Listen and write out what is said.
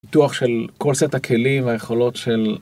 דוח של קורסט הכלים והיכולות של.